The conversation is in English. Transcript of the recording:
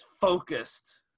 focused